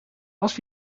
als